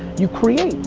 you create.